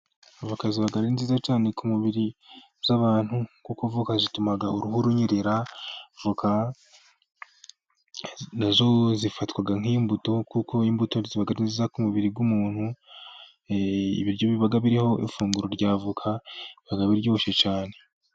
Voka ziba ari nziza cyane ku mibiri y'abantu, kuko zituma uruhu runyerera, kandi zifatwa nk'imbuto, kuko imbuto kuko imbuto ziba ari nziza ku mubiri w'umuntu. Ibiroy biriho ifunguro ryavo biba biryoshye cyane.